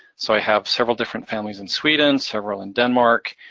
so i have several different families in sweden, several in denmark,